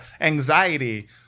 anxiety